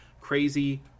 crazy